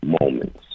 moments